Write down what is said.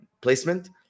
placement